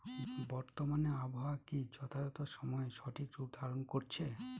বর্তমানে আবহাওয়া কি যথাযথ সময়ে সঠিক রূপ ধারণ করছে?